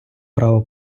право